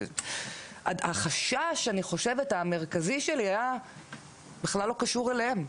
אני חושבת שהחשש המרכזי שלי היה בכלל לא קשור אליהם.